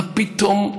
מה פתאום?